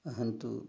अहं तु